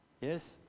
Yes